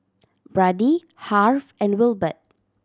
Brady Harve and Wilbert